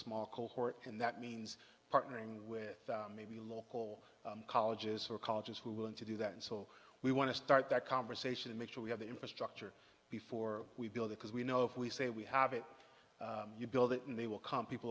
small cohort and that means partnering with maybe local colleges or colleges who willing to do that and so we want to start that conversation and make sure we have the infrastructure before we build because we know if we say we have it you build it and they will come people